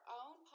own